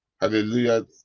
Hallelujah